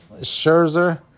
Scherzer